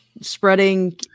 spreading